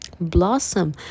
blossom